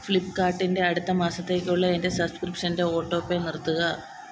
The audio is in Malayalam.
ഫ്ലിപ്പ്കാർട്ടിൻ്റെ അടുത്ത മാസത്തേക്കുള്ള എൻ്റെ സബ്സ്ക്രിപ്ഷൻ്റെ ഓട്ടോപേ നിർത്തുക